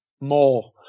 more